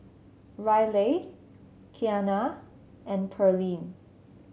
Ryleigh Kiana and Pearline